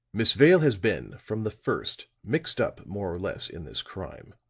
miss vale has been from the first mixed up more or less in this crime.